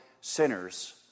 sinners